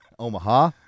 omaha